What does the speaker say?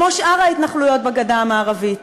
כמו שאר ההתנחלויות בגדה המערבית.